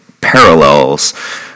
parallels